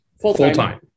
full-time